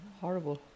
Horrible